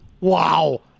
Wow